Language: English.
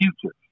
future